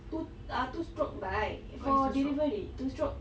two uh two stroke bike for delivery two stroke